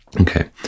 Okay